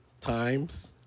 times